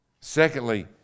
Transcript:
Secondly